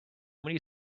many